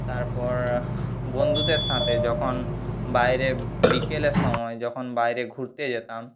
তারপর বন্ধুদের সাথে যখন বাইরে বিকেলের সময় যখন বাইরে ঘুরতে যেতাম